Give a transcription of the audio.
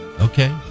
okay